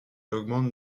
augmente